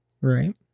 Right